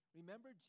remember